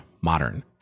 modern